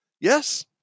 Yes